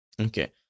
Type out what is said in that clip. Okay